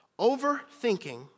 Overthinking